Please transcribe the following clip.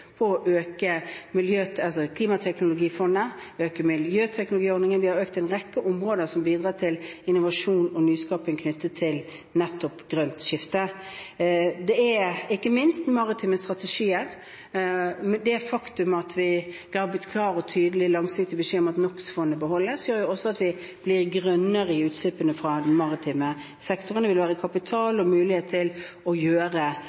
på Klimateknologifondet. Vi øker miljøteknologiordningen. Vi har økt satsingen på en rekke områder som bidrar til innovasjon og nyskaping knyttet til nettopp grønt skifte. Det er ikke minst maritime strategier. Det faktum at vi har gitt klar og tydelig langsiktig beskjed om at NOx-fondet beholdes, gjør at også utslippene fra den maritime sektoren blir grønnere. Det vil være kapital og mulighet til å